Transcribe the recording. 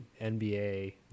NBA